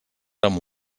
amb